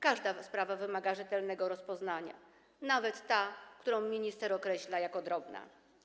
Każda sprawa wymaga rzetelnego rozpoznania, nawet ta, którą minister określa jako drobną.